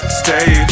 stay